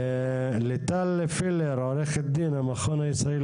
ליטל פילר, עורכת הדין, המכון הישראלי